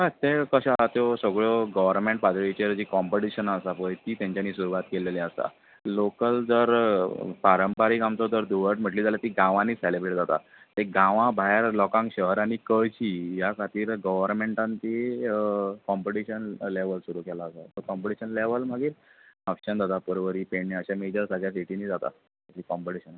तें कशें आसा त्यो सगळ्यो गवर्मेंट पातळिचेर जीं कॉम्पिटीशनां आसा पय ती तेंच्यानी सुरवात केल्लेलीं आसा लोकल जर पारंपारीक आमचो जर धुळवट म्हटली जाल्या ती गांवांनी सॅलिब्रेट जाता एक गांवां भायर लोकांक शहरांनी कळची ह्या खातीर गवर्मेंटान ती कॉम्पर्टीशन लॅवल सुरू केला धर कॉम्पिटीशन लॅवल मागीर म्हापशांत जाता पर्वरी पेडण्यां अशें मेजर सगळ्या सिटींनी जाता हीं कॉम्पिटीशनां